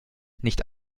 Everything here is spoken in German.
nicht